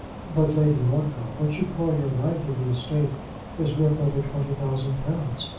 but, lady ongar what you call your right in the estate is worth over twenty thousand pounds.